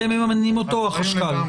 אתם מממנים אותו או החשכ"ל?